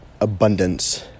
abundance